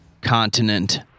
Continent